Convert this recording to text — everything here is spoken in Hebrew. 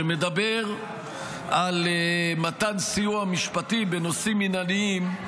שמדבר על מתן סיוע משפטי בנושאים מינהליים,